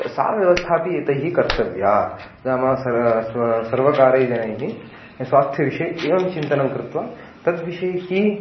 सा व्यवस्थापि एतैः कर्तव्या नाम सा स्व सर्वकारै जनैः स्वास्थ्यविषये एवं चिन्तनं कृत्वा तद्विषयिकी